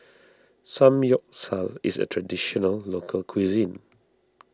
Samgyeopsal is a Traditional Local Cuisine